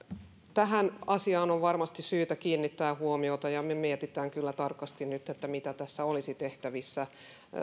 tähän asiaan on varmasti syytä kiinnittää huomiota ja me mietimme nyt kyllä tarkasti mitä tässä olisi tehtävissä